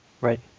Right